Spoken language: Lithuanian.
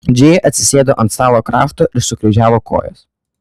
džėja atsisėdo ant stalo krašto ir sukryžiavo kojas